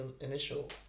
initial